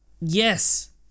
Yes